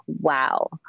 wow